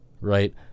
right